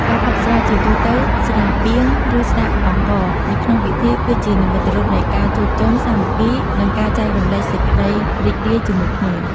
ការផឹកស្រា ជាទូទៅស្រាពាង ឬស្រាអង្ករ នៅក្នុងពិធី គឺជានិមិត្តរូបនៃការជួបជុំ សាមគ្គីភាព និងការចែករំលែកសេចក្តីរីករាយជាមួយគ្នា។